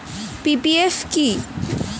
PPF কি?